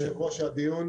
הדיון